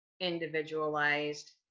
individualized